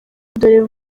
dore